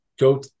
go